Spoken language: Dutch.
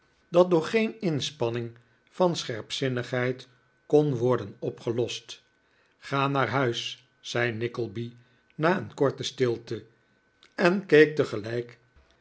dat door geen inspanning van scherpzinnigheid kon worden opgelost ga naar huis zei nickleby na een korte stilte en keek tegelijk